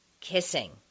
kissing